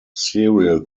serial